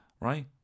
right